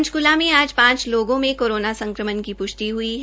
पंचक्ला में आज पांच लोगों में कोरोना संक्रमण की पुष्टि ह्ई है